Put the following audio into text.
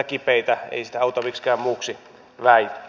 ei sitä auta miksikään muuksi väittää